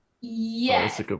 Yes